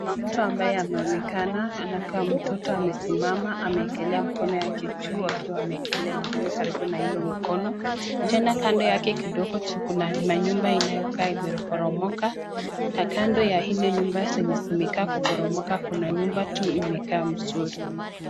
Kuna mtu ambaye anaonekana anakaa mtoto anasimama, anawekelea mkono yake juu akiwa amewekelea ingine karibu na hilo mkono, tena kando yake kidogo kuna manyumba inayokaa imeporomoka na kando ya ile nyumba zenye zimekaa kuporomoka, kuna nyumba tu imekaa mzuri.